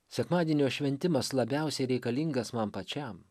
sekmadienio šventimas labiausiai reikalingas man pačiam